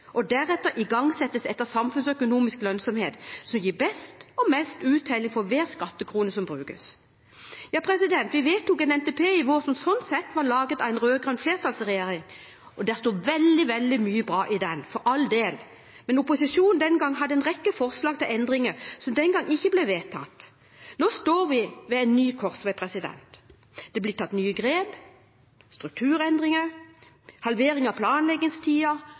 og deretter iverksettes etter samfunnsøkonomisk lønnsomhet, som gir best og mest uttelling for hver skattekrone som brukes. Vi vedtok en NTP i vår som, slik sett, var laget av en rød-grønn flertallsregjering, og det sto veldig mye bra i den, for all del, men opposisjonen den gangen hadde en rekke forslag til endringer som ikke ble vedtatt. Nå står vi ved en ny korsvei. Det blir tatt nye grep: strukturendringer, halvering av